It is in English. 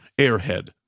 airhead